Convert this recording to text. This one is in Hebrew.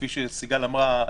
כפי שסיגל אמרה,